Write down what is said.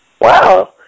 Wow